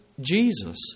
Jesus